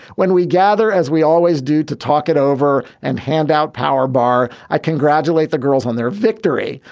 when we gather, as we always do, to talk it over and hand out powerbar, i congratulate the girls on their victory.